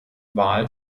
wahl